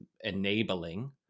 enabling